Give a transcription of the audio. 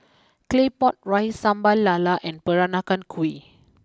Claypot Rice Sambal LaLa and Peranakan Kueh